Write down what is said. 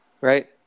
right